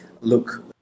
look